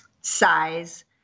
size